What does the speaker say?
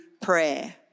prayer